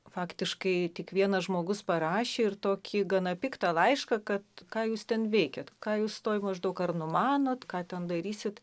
faktiškai tik vienas žmogus parašė ir tokį gana piktą laišką kad ką jūs ten veikiat ką jūs toj maždaug ar numanot ką ten darysit